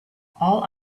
all